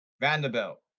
Vanderbilt